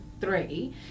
three